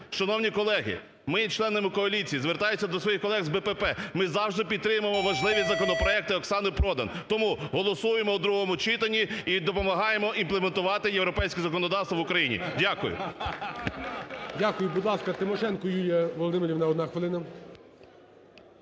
Шановні колеги, ми є членами коаліції, звертаюся до своїх колег з БПП, ми завжди підтримуємо важливі законопроекти Оксани Продан. Тому голосуємо у другому читані і допомагаємо імплементувати європейське законодавство в Україні. Дякую. ГОЛОВУЮЧИЙ. Дякую. Будь ласка, Тимошенко Юлія Володимирівна одна хвилина.